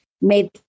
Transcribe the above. Made